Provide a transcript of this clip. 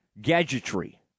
gadgetry